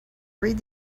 read